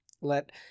let